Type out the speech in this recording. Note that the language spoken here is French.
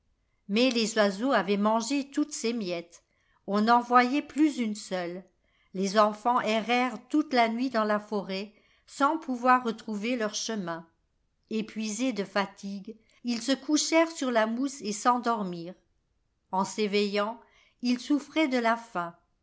mais les oiseaux avaient mangé toutes ces miettes on n'en voyait plus une seule les enfants errèrent toute la nuit dans la forêt sans pouvoir retrouver leur chemin épuisés de fatigue ils se couchèrent sur la mousse et s'endormirent en s'éveillant ils souffraient de la faim